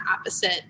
opposite